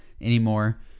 anymore